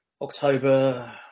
October